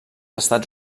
estats